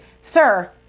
Sir